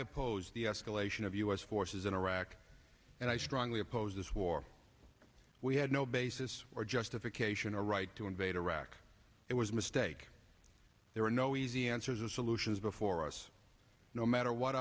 oppose the escalation of u s forces in iraq and i strongly oppose this war we had no basis or justification or right to invade iraq it was a mistake there are no easy answers or solutions before us no matter what